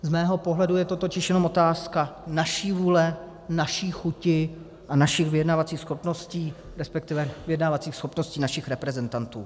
Z mého pohledu je to totiž jenom otázka naší vůle, naší chuti a našich vyjednávacích schopností, resp. vyjednávacích schopností našich reprezentantů.